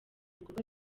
bigurwa